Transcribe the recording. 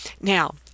Now